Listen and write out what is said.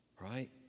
right